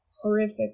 horrific